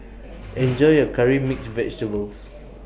Enjoy your Curry Mixed Vegetables